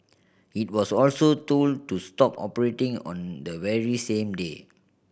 it was also told to stop operating on the very same day